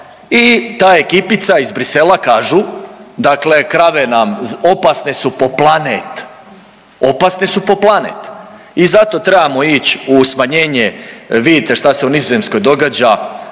i da ekipica iz Bruxellesa dakle krave nam opasne su po planet. Opasne su po planet i zato trebamo ići u smanjenje, vidite šta se u Nizozemskoj događa,